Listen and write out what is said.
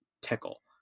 tickle